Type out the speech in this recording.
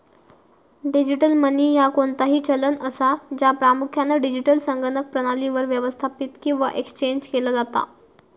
digital money ह्या कोणताही चलन असा, ज्या प्रामुख्यान डिजिटल संगणक प्रणालीवर व्यवस्थापित किंवा एक्सचेंज केला जाता